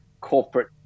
corporate